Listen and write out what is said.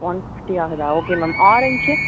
one fifty ஆகுதா okay ma'am orange